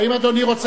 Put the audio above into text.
אני מבקש שאדוני